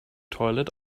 toilet